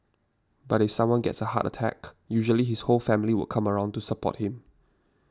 but if someone gets a heart attack usually his whole family would come around to support him